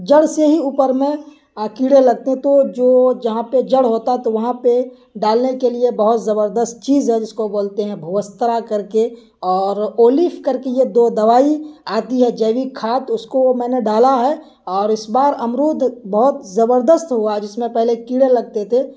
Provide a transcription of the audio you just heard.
جڑ سے ہی اوپر میں کیڑے لگتے ہیں تو جو جہاں پہ جڑ ہوتا تو وہاں پہ ڈالنے کے لیے بہت زبردست چیز ہے جس کو بولتے ہیں بھوسترا کر کے اور اولف کر کے یہ دو دوائی آتی ہے جیوک کھاد اس کو وہ میں نے ڈالا ہے اور اس بار امرود بہت زبردست ہوا جس میں پہلے کیڑے لگتے تھے